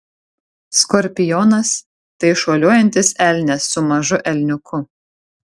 skorpionas tai šuoliuojantis elnias su mažu elniuku